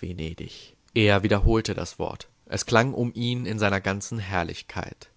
venedig er wiederholte das wort es klang um ihn in seiner ganzen herrlichkeit